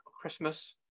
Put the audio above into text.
Christmas